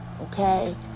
okay